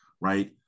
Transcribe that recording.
right